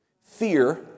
Fear